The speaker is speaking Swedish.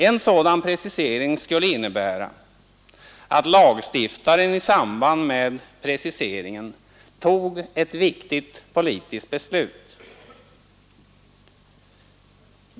En sådan precisering skulle innebära att lagstiftaren i samband med preciseringen tog ett viktigt politiskt beslut.